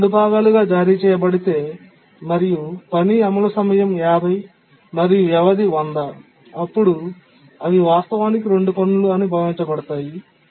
ఇది 2 భాగాలుగా జారీ చేయబడితే మరియు పని అమలు సమయం 50 మరియు వ్యవధి 100 అప్పుడు అవి వాస్తవానికి 2 పనులు అని భావించబడతాయి